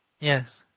Yes